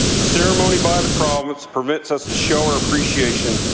the ceremony by the province permits us to show our appreciation,